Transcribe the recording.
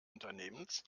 unternehmens